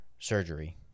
Surgery